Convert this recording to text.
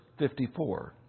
54